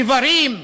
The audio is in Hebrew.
איברים,